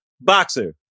Boxer